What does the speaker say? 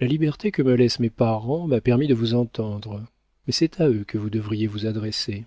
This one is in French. la liberté que me laissent mes parents m'a permis de vous entendre mais c'est à eux que vous devriez vous adresser